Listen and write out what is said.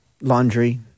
Laundry